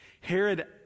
Herod